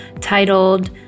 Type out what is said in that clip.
titled